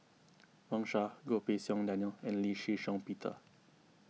Wang Sha Goh Pei Siong Daniel and Lee Shih Shiong Peter